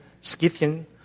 Scythian